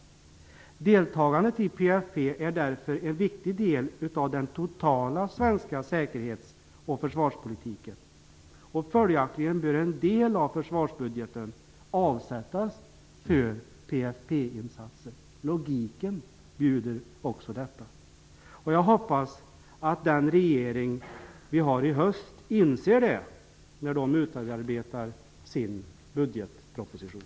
Deltagandet i PFF är därför en viktig del av den totala svenska säkerhetsoch försvarspolitiken. Följaktligen bör en del av försvarsbudgeten avsättas för PFF-insatser -- logiken bjuder också detta. Jag hoppas att den regering vi har i höst inser detta när den utarbetar sin budgetproposition.